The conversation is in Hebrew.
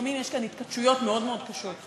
לפעמים יש כאן התכתשויות מאוד מאוד קשות,